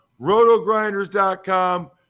rotogrinders.com